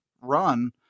run